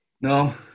No